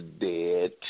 dead